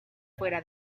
fuera